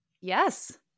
Yes